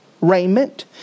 raiment